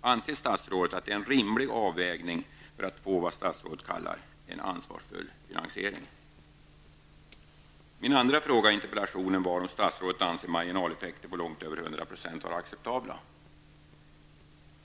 Anser statsrådet att det är en rimlig avvägning för att få vad statsrådet kallar en ansvarsfull finansiering? Min andra fråga i interpellationen var om statsrådet anser marginaleffekter på långt över 100 % vara acceptabla.